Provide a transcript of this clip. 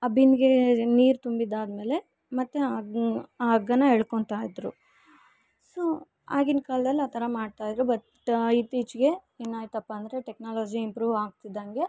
ಆ ಬಿಂದ್ಗೇದು ನೀರು ತುಂಬಿದ್ದಾದಮೇಲೆ ಮತ್ತೆ ಆ ಹಗ್ಗನ ಎಳ್ಕೊಳ್ತಾಯಿದ್ರು ಸೊ ಆಗಿನ ಕಾಲ್ದಲ್ಲಿ ಆ ಥರ ಮಾಡ್ತಾಯಿದ್ರು ಬಟ್ ಇತ್ತೀಚೆಗೆ ಏನಾಯ್ತಪ್ಪ ಅಂದರೆ ಟೆಕ್ನಾಲಜಿ ಇಂಪ್ರೂವ್ ಆಗ್ತಿದ್ದಂತೆ